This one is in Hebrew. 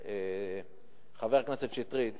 חבר הכנסת שטרית,